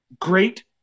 great